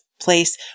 place